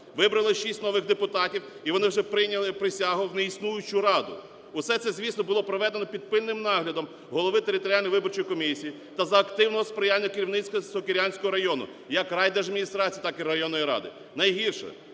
Вибрали 6 нових депутатів, і вони вже прийняли присягу в неіснуючу раду. Усе це, звісно, було проведено під пильним наглядом голови територіальної виборчої комісії та за активного сприяння керівництваСокирянського району, як райдержадміністрації, так і районної ради. Найгірше,